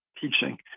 teaching